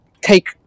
take